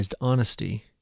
honesty